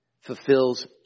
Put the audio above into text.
fulfills